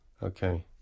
okay